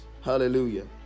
Hallelujah